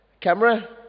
camera